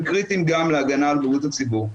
קריטיים גם להגנה על בריאות הציבור.